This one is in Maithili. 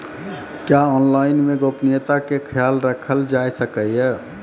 क्या ऑनलाइन मे गोपनियता के खयाल राखल जाय सकै ये?